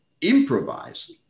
improvise